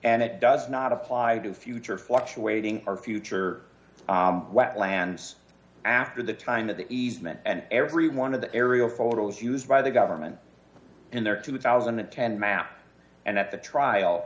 and it does not apply to future fluctuating our future wetlands after the time of the easement and every one of the aerial photos used by the government in their two thousand and ten map and at the trial